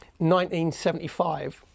1975